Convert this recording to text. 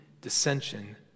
dissension